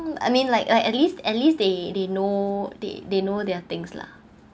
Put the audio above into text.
I mean like uh at least at least they they know they they know their things lah